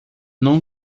não